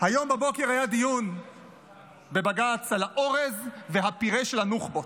היום בבוקר היה דיון בבג"ץ על האורז והפירה של הנוח'בות.